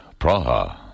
Praha